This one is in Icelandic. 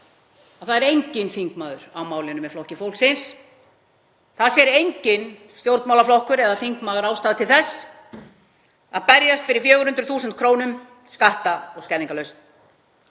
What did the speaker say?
að það er enginn þingmaður á málinu með Flokki fólksins. Það sér enginn stjórnmálaflokkur eða þingmaður ástæðu til þess að berjast fyrir 400.000 kr. skatta- og skerðingarlaust.